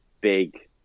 big